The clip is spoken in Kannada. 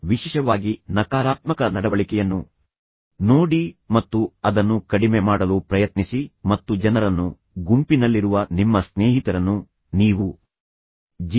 ವಿಶೇಷವಾಗಿ ನಕಾರಾತ್ಮಕ ನಡವಳಿಕೆಯನ್ನು ನೋಡಿ ಮತ್ತು ಅದನ್ನು ಕಡಿಮೆ ಮಾಡಲು ಪ್ರಯತ್ನಿಸಿ ಮತ್ತು ಜನರನ್ನು ಗುಂಪಿನಲ್ಲಿರುವ ನಿಮ್ಮ ಸ್ನೇಹಿತರನ್ನು ನೀವು ಜಿ